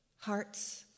hearts